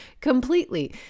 completely